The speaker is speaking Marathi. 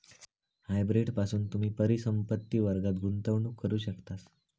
हायब्रीड पासून तुम्ही परिसंपत्ति वर्गात गुंतवणूक करू शकतास